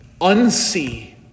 unsee